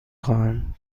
خواهند